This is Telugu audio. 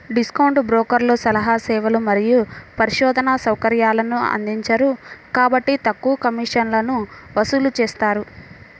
డిస్కౌంట్ బ్రోకర్లు సలహా సేవలు మరియు పరిశోధనా సౌకర్యాలను అందించరు కాబట్టి తక్కువ కమిషన్లను వసూలు చేస్తారు